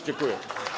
Dziękuję.